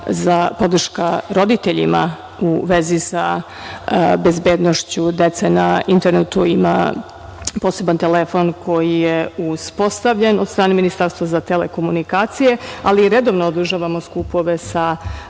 podrška roditeljima u vezi sa bezbednošću dece na internetu na poseban telefon koji je uspostavljen od strane Ministarstva za telekomunikacije, ali i redovno održavamo skupove sa